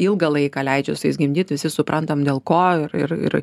ilgą laiką leidžia su jais gimdyt visi suprantam dėl ko ir ir